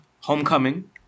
homecoming